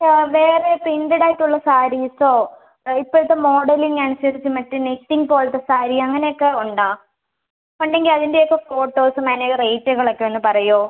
ആ വേറെ പ്രിൻ്റഡായിട്ടുള്ള സാരീസോ ഇപ്പോഴത്തെ മോഡലിന് അനുസരിച്ച് മറ്റേ നെക്ക് ഇൻ പോലത്തെ സാരി അങ്ങനെ ഒക്കെ ഉണ്ടോ ഉണ്ടെങ്കിൽ അതിൻ്റെ ഒക്കെ ഫോട്ടോസും അതിനുള്ള റേറ്റുകളൊക്കെ ഒന്ന് പറയാമോ